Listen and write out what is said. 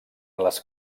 les